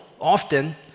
often